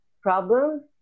problems